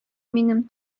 минем